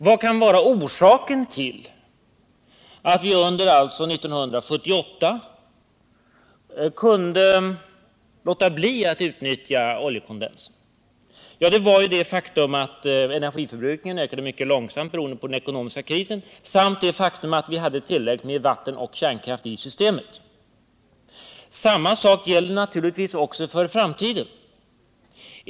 Vad kan vara orsaken till att vi alltså under 1978 kunde låta bli att utnyttja oljekondens? Ja, det var det faktum att energiförbrukningen ökade mycket långsamt, beroende på den ekonomiska krisen samt det faktum att vi hade tillräckligt med vatten och kärnkraft i systemet. Samma sak gäller naturligtvis också för framtiden.